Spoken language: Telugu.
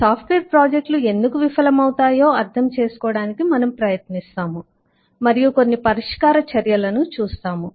సాఫ్ట్వేర్ ప్రాజెక్టులు ఎందుకు విఫలమవుతాయో అర్థం చేసుకోవడానికి మనము ప్రయత్నిస్తాము మరియు కొన్ని పరిష్కార చర్యలను చూస్తాము